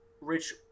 rich